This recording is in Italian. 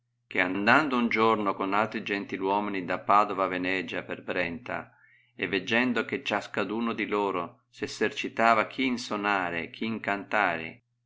che andando un giorno con altri gentil uomini da padova a vinegia per ih'enta e veggendo che cìascaduno di loro s essercitava chi in sonare chi in